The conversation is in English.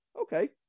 okay